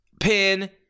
pin